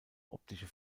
optische